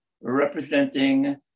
representing